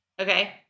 okay